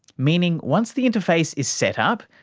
meaning once the interface is set up,